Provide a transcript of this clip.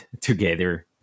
together